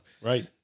Right